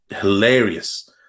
hilarious